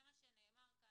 זה מה שנאמר כאן.